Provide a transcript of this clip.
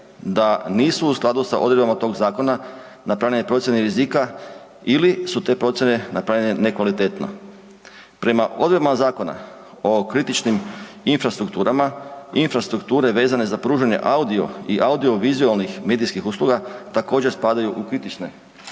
da nisu u skladu s odredbama tog zakona napravljene procjene rizika ili su te procjene napravljene nekvalitetno. Prema odredbama Zakona o kritičnim infrastrukturama, infrastrukture vezano za pružanje audio i audio-vizualnih medijskih usluga, također spadaju u kritične